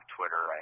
Twitter